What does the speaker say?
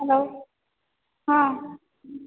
hello हाँ